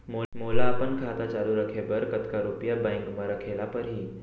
मोला अपन खाता चालू रखे बर कतका रुपिया बैंक म रखे ला परही?